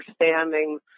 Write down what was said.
understanding